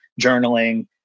journaling